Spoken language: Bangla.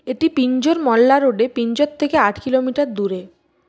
এটি পিঞ্জর মল্লা রোডে পিঞ্জর থেকে আট কিলোমিটার দূরে